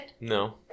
No